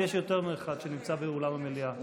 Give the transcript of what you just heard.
יש יותר מאחד באולם המליאה.